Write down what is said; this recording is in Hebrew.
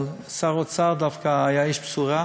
אבל שר האוצר דווקא היה איש בשורה.